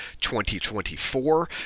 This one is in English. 2024